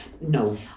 No